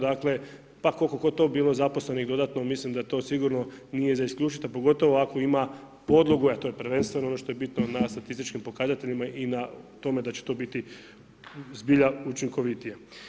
Dakle, pa koliko god to bilo zaposlenih dodatno mislim da to sigurno nije za isključiti, a pogotovo ako ima podlogu, a to je prvenstveno ono što je bitno na statističkim pokazateljima i na tome da će to biti zbilja učinkovitije.